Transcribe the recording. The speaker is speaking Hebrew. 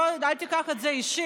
אל תיקח את זה אישית,